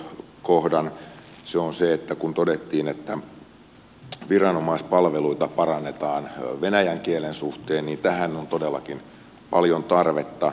se on se että kun todettiin että viranomaispalveluita parannetaan venäjän kielen suhteen niin tähän on todellakin paljon tarvetta